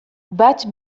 bat